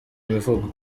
mivugo